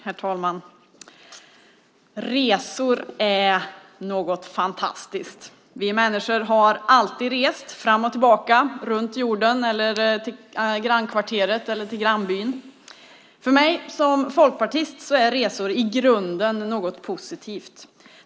Herr talman! Resor är något fantastiskt. Vi människor har alltid rest, fram och tillbaka, runt jorden eller till grannkvarteret eller till grannbyn. För mig som folkpartist är resor i grunden något positivt.